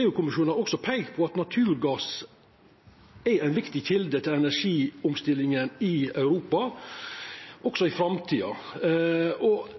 EU-kommisjonen har peikt på at naturgass er ei viktig kjelde til energiomstillinga i Europa også i framtida. Det vert frå regjeringa snakka veldig mykje om TFO-rundane, men prognosane viser at både olje- og